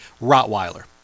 Rottweiler